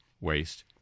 waste